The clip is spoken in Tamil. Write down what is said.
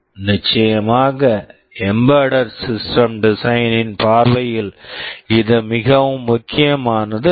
நிச்சயமாக embedded system design embedded system design -இன் பார்வையில் இது மிகவும் முக்கியமானது அல்ல